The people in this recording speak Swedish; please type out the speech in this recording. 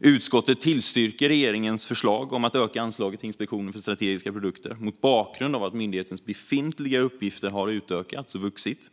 Utskottet tillstyrker regeringens förslag om att öka anslaget till Inspektionen för strategiska produkter mot bakgrund av att myndighetens befintliga uppgifter har utökats och vuxit.